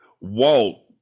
Walt